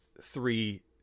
three